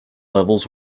levels